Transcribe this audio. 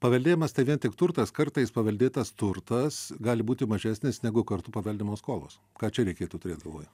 paveldėjamas ne vien tik turtas kartais paveldėtas turtas gali būti mažesnis negu kartu paveldimos skolos ką čia reikėtų turėt galvoj